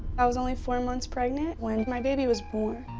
i was only four months pregnant when my baby was born.